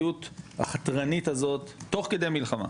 הפעילות החתרנית הזאת תוך כדי מלחמה.